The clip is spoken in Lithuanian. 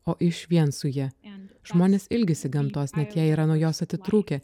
o išvien su ja žmonės ilgisi gamtos net jei yra nuo jos atitrūkę